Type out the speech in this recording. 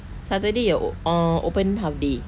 saturday you're o~ uh open half day